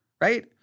right